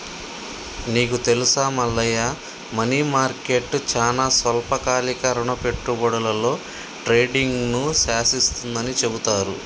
నీకు తెలుసా Mallayya money market చానా స్వల్పకాలిక రుణ పెట్టుబడులలో ట్రేడింగ్ను శాసిస్తుందని చెబుతారు